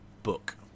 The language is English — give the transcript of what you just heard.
book